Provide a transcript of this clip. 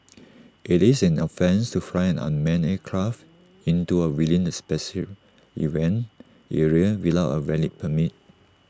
IT is an offence to fly an unmanned aircraft into or within the special event area without A valid permit